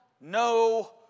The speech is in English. no